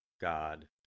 God